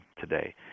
today